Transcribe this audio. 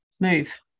Move